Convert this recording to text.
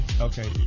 Okay